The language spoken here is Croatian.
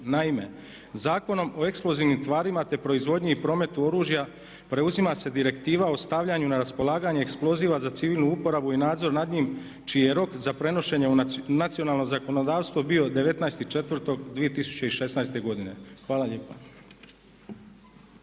Naime, Zakonom o eksplozivnim tvarima, te proizvodnji i prometu oružja preuzima se direktiva o stavljanju na raspolaganje eksploziva za civilnu uporabu i nadzor nad njim čiji je rok za prenošenje u nacionalno zakonodavstvo bio 19.4.2016. godine. Hvala lijepa.